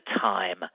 time